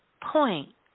point